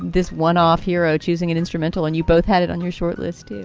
this one off hero, choosing an instrumental. and you both had it on your short list